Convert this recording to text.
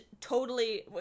totally-